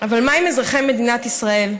אבל מה עם אזרחי מדינת ישראל?